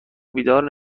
بیدار